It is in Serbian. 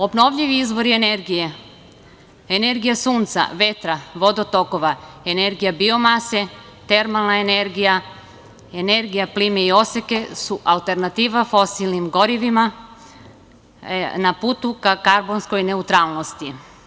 Obnovljivi izvori energije, energije sunca, vetra, vodotokova, energija biomase, termalna energija, energija plime i oseke su alternativa fosilnim gorivima na putu ka karbonskoj neutralnosti.